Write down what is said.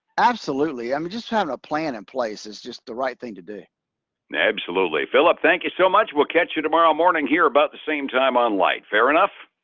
absolutely. i mean, just having a plan in place is just the right thing absolutely. phillip, thank you so much. we'll catch you tomorrow morning, here about the same time on lite. fair enough?